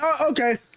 Okay